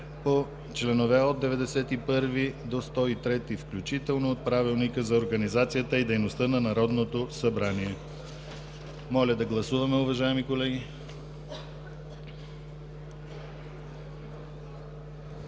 по чл. чл. 91 – 103 включително от Правилника за организацията и дейността на Народното събрание. Моля да гласуваме, уважаеми колеги.